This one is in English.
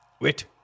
Wait